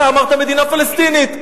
אתה אמרת "מדינה פלסטינית",